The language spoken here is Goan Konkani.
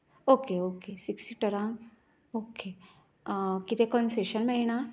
ओके सिक्स सिटरांक ओके हा कितें कंसेशन मेळना